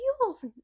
feels